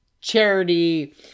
Charity